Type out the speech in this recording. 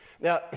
Now